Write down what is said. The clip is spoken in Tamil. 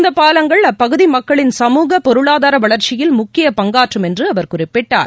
இந்த பாலங்கள் அப்பகுதி மக்களின் சமூக பொருளாதார வளர்ச்சியில் முக்கிய பங்காற்றும் என்று அவர் குறிப்பிட்டார்